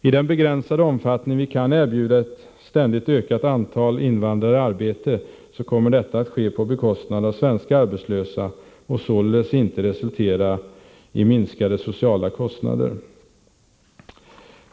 I den begränsade omfattning vi kan erbjuda ett ständigt ökat antal invandrare arbete kommer detta att ske på bekostnad av arbetstillfällen för svenska arbetslösa och således inte resultera i minskade sociala kostnader.